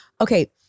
Okay